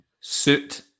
suit